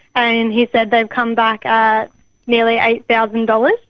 and he said they've come back at nearly eight thousand dollars.